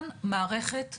מערכת שכשלה,